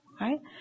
Right